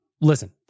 listen